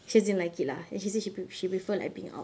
she just didn't like it lah then she said she prefer being out